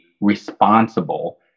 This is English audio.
responsible